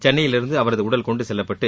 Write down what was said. சென்னையிலிருந்து அவரது உடல் கொண்டுசெல்லப்பட்டு